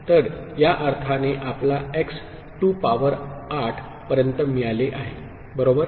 तर या अर्थाने तुम्हाला x to पॉवर 8 पर्यंत मिळाले आहे बरोबर